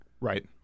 right